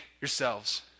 yourselves